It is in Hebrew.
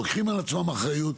שלוקחים על עצמם אחריות,